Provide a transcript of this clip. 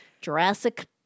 Jurassic